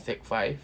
sec five